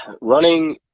Running—